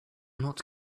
not